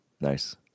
Nice